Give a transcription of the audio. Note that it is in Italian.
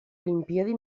olimpiadi